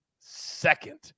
second